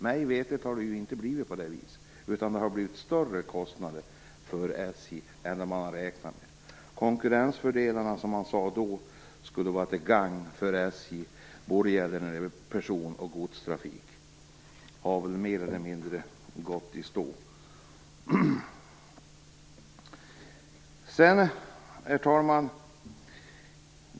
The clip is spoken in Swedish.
Mig veterligt har det inte blivit på det viset, utan det har blivit större kostnader för SJ än vad man räknat med. De konkurrensfördelar som man då sade skulle vara till gagn för SJ både vad gäller person och godstrafik har väl mer eller mindre gått i stå. Herr talman!